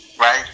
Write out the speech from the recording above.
right